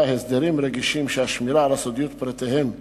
הסדרים רגישים שהשמירה על סודיות פרטיהם חיונית,